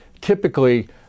typically